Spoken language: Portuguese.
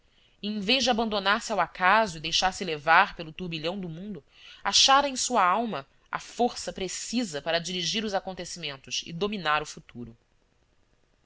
em vez de abandonar se ao acaso e deixar-se levar pelo turbilhão do mundo achara em sua alma a força precisa para dirigir os acontecimentos e dominar o futuro